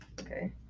Okay